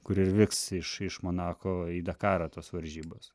kur ir vyks iš iš monako į dakarą tos varžybos